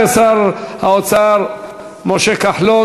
תודה לשר האוצר משה כחלון.